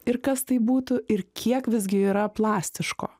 ir kas tai būtų ir kiek visgi yra plastiško